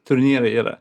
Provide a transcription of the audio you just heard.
turnyrai yra